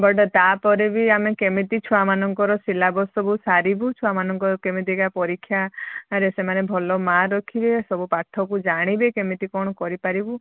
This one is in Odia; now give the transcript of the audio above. ବଟ୍ ତାପରେ ବି ଆମେ କେମିତି ଛୁଆମାନଙ୍କର ସିଲାବସ୍ ସବୁ ସାରିବୁ ଛୁଆମାନଙ୍କ କେମିତିକା ପରୀକ୍ଷାରେ ସେମାନେ ଭଲ ମାର୍କ ରଖିବେ ସବୁ ପାଠକୁ ଜାଣିବେ କେମିତି କଣ କରିପାରିବୁ